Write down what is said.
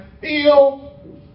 feel